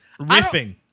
riffing